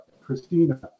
Christina